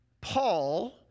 Paul